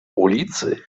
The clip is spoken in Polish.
ulicy